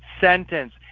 sentence